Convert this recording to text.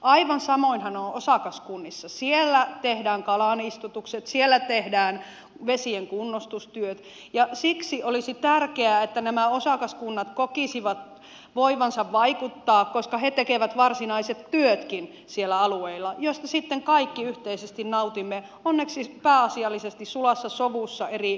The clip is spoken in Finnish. aivan samoinhan on osakaskunnissa siellä tehdään kalanistutukset siellä tehdään vesienkunnostustyöt ja siksi olisi tärkeää että nämä osakaskunnat kokisivat voivansa vaikuttaa koska he tekevät varsinaiset työtkin niillä alueilla joista sitten kaikki yhteisesti nautimme onneksi pääasiallisesti sulassa sovussa eri järvillä